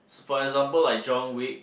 for example like John-Wick